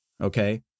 Okay